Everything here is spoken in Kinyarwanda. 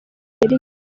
n’igihe